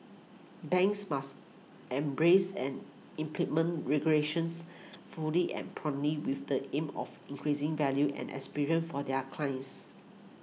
banks must embrace and implement regulations fully and promptly with the aim of increasing value and experience for their clients